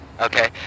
Okay